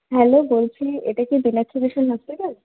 hello বলছি এটা কি মীনাক্ষী মিশন হসপিটাল